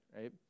right